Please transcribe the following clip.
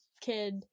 kid